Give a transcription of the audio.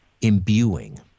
imbuing